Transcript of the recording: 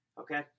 Okay